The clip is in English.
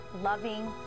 loving